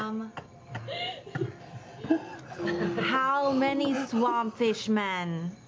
um how many swamp fishmen?